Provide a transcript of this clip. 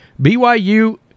BYU